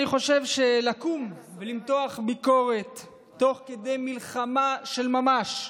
לקום ולמתוח ביקורת תוך כדי מלחמה של ממש,